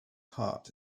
heart